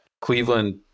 Cleveland